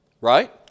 Right